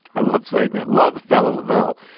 i love saying that love. fellow leavelle,